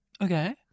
Okay